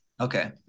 Okay